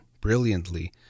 brilliantly